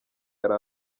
yari